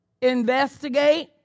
investigate